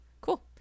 Cool